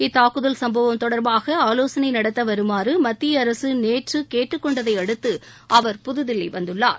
இத்தாக்குதல் சும்பவம் தொடர்பாக ஆலோசனை நடத்த வருமாறு மத்திய அரசு நேற்று கேட்டுக்கொண்டதையடுதது அவர் புதுதில்லி வந்துள்ளார்